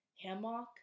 hammock